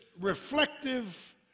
reflective